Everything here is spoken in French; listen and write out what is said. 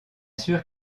sûr